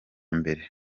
mbere